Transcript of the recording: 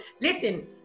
Listen